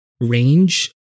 range